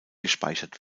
gespeichert